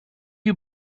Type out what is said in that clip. you